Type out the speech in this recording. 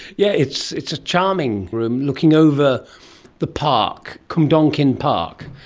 yeah it's it's a charming room, looking over the park, cwmdonkin park.